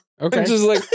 Okay